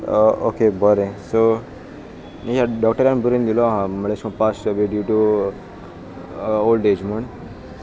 okay बरें so ह्या डॉक्टरान बरोवन दिलो आसा म्हण अशे करून passed away due to old age म्हूण